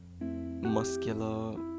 muscular